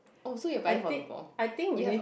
oh so you're buying for people you have a